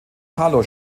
carlo